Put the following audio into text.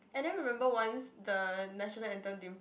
and then remember once the national anthem didn't